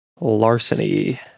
larceny